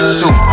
two